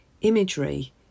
imagery